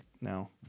now